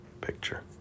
picture